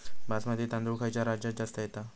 बासमती तांदूळ खयच्या राज्यात जास्त येता?